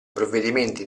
provvedimenti